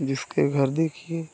जिसके घर देखिए